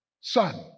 son